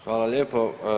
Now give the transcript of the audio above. Hvala lijepo.